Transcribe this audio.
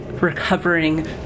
recovering